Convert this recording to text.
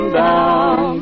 down